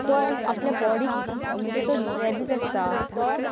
तो आपल्या बॉडीक म्हणजे तो रॅबीज आसता तो